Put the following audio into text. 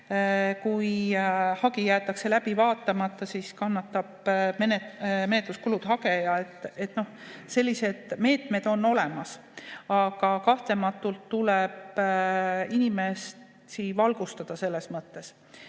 kui hagi jäetakse läbi vaatamata, siis kannab menetluskulud hageja. Nii et sellised meetmed on olemas. Aga kahtlematult tuleb inimesi selles mõttes